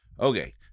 Okay